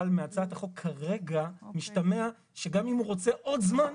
אבל מהצעת החוק כרגע משתמע שגם אם הוא רוצה עוד זמן,